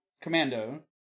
Commando